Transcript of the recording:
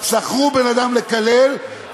שכרו בן-אדם לקלל,